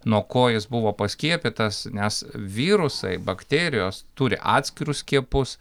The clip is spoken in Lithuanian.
nuo ko jis buvo paskiepytas nes virusai bakterijos turi atskirus skiepus